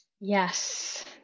Yes